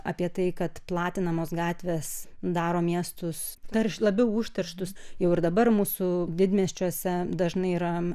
apie tai kad platinamos gatvės daro miestus dar labiau užterštus jau ir dabar mūsų didmiesčiuose dažnai yra